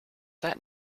that